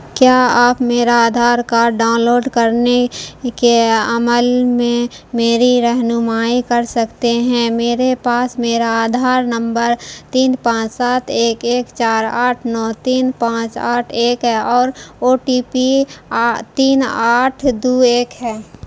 کیا آپ میرا آدھار کارڈ ڈاؤن لوڈ کرنے کے عمل میں میری رہنمائی کر سکتے ہیں میرے پاس میرا آدھار نمبر تین پانچ سات ایک ایک چار آٹھ نو تین پانچ آٹھ ایک ہے اور او ٹی پی تین آٹھ دو ایک ہے